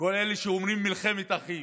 כל אלה שאומרים "מלחמת אחים",